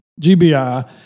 GBI